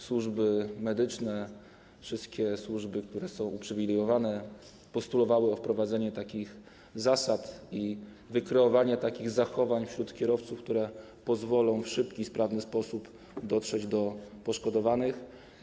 Służby medyczne i wszystkie służby, które są uprzywilejowane, postulowały wprowadzenie takich zasad i wykreowanie takich zachowań wśród kierowców, które pozwolą w szybki, sprawny sposób dotrzeć do poszkodowanych.